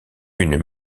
une